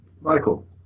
Michael